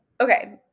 okay